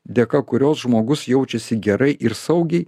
dėka kurios žmogus jaučiasi gerai ir saugiai